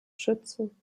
schützen